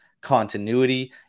continuity